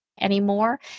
anymore